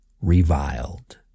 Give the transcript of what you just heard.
reviled